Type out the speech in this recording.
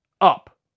up